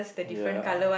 ya